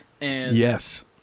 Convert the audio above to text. Yes